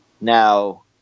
Now